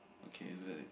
okay